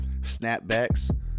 snapbacks